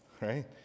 right